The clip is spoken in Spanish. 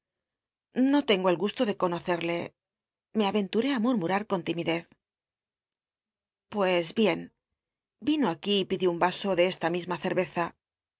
no tengo el gusto de conocerle me a'cnlu ré mumuar con timidez pues bien vino aquí pidió un raso de esta misma ce